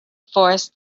force